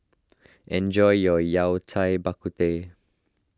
enjoy your Yao Cai Bak Kut Teh